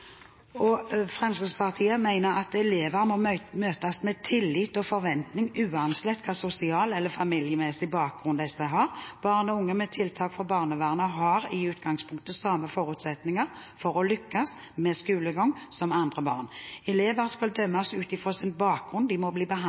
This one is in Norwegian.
Fremskrittspartiet mener at elever må møtes med tillit og forventning, uansett hva slags sosial eller familiemessig bakgrunn de har. Barn og unge med tiltak fra barnevernet har i utgangspunktet samme forutsetninger for å lykkes med skolegang som andre barn. Elever skal ikke dømmes ut fra sin bakgrunn, de må bli behandlet